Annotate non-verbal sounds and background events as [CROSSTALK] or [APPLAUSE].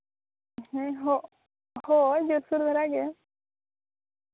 ᱦᱮᱸ ᱦᱳᱭ [UNINTELLIGIBLE]